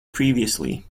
previously